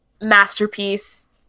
masterpiece